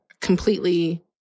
completely